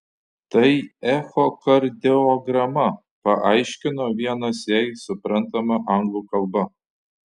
tai echokardiograma paaiškino vienas jai suprantama anglų kalba